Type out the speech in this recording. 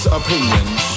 opinions